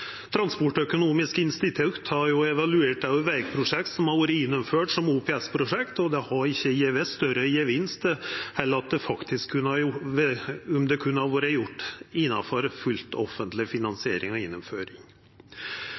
Transportøkonomisk institutt har evaluert vegprosjekt som har vore gjennomført som OPS-prosjekt, og det har ikkje gjeve større gevinst enn om gjennomføringa hadde vore gjort innanfor full offentleg finansiering. Senterpartiet er oppteke av